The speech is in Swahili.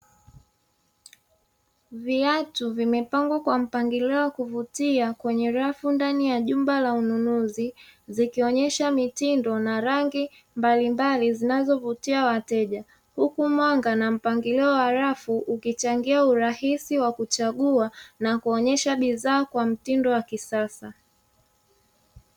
Viatu vimepangwa kwa mpangilio wa kuvutia, kwenye rafu ndani jumba la ununuzi; zikionyesha mitindo na rangi mbalimbali zinazovutia wateja, huku mwanga na mpangilio wa rafu ukichangia urahisi wa kuchagua na kuonyesha bidhaa kwa mtindo wa kisasa.